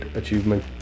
achievement